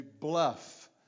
bluff